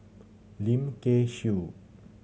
Lim Kay Siu